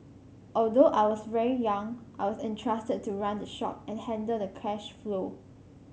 although I was very young I was entrusted to run the shop and handle the cash flow